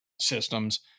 systems